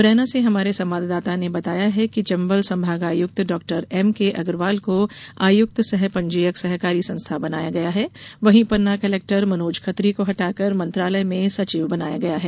मुरैना से हमारे संवाददाता ने बताया है कि चंबल संभाग आयुक्त डॉ एमके अग्रवाल को आयुक्त सह पंजीयक सहकारी संस्था बनाया गया है वहीं पन्ना कलेक्टर मनोज खत्री को हटाकर मंत्रालय में सचिव बनाया गया है